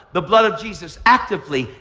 the blood of jesus actively,